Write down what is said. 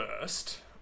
first